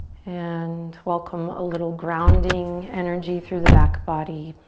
and welcome a little grounding energy through the back body